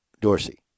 Dorsey